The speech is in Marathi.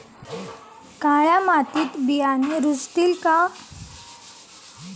काळ्या मातीत बियाणे रुजतील का?